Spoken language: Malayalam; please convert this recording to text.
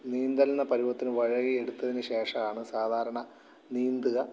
നീന്തലിന് പരുവത്തിൽ വഴുകി എടുത്തതിനുശേഷമാണ് സാധാരണ നീന്തുക